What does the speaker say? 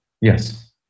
Yes